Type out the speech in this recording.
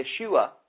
Yeshua